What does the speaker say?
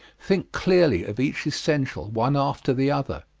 think clearly of each essential, one after the other.